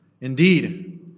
Indeed